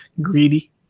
greedy